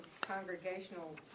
congregational